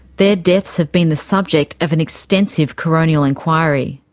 their deaths have been the subject of an extensive coronial inquiry.